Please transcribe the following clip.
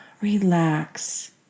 relax